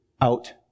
out